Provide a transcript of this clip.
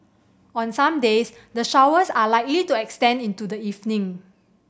on some days the showers are likely to extend into the evening